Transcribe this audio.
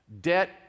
Debt